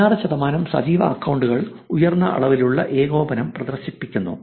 16 ശതമാനം സജീവ അക്കൌണ്ടുകൾ ഉയർന്ന അളവിലുള്ള ഏകോപനം പ്രദർശിപ്പിക്കുന്നു